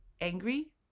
angry